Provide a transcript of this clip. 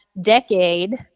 decade